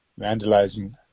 vandalizing